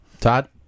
Todd